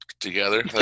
together